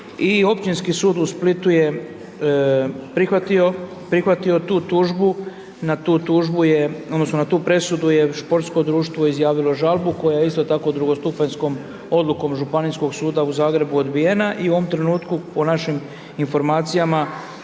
Općinski sud u Splitu je prihvatio tu tužbu, na tu tužbu je odnosno na tu presudu športsko društvo izjavilo žalbu koja je isto tako drugostupanjskog odlukom Županijskog suda u Zagrebu odbijena i u ovom trenutku po našim informacijama